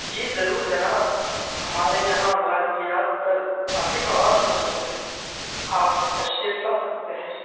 جی ضرور جناب ہمارے یہاں غالبیات پر کافی مواد موجود ہے آپ تشریف لا سکتے ہیں